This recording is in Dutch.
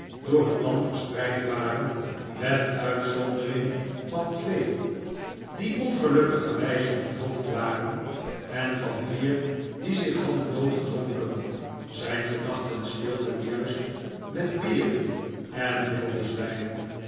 gedaante wijze onthoofd waren en van vier die zich hadden dood gedronken zijn gedachten speelden juist met beren en wilde zwijnen